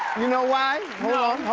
you know why,